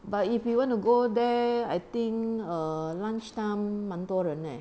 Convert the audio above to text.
but if you want to go there I think err lunchtime 蛮多人 leh